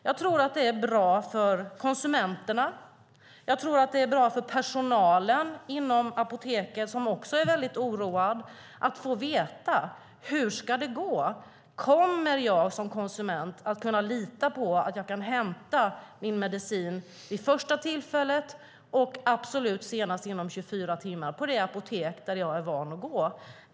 Jag tror att det är bra för konsumenterna och för personalen inom Apoteket, som också är väldigt oroad, att få veta hur det ska gå. Kommer man som konsument att kunna lita på att man kan hämta sin medicin vid det första tillfället, och absolut senast inom 24 timmar på det apotek som man är van att gå till?